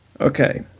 Okay